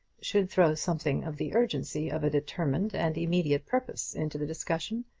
should throw something of the urgency of a determined and immediate purpose into the discussion.